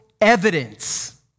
evidence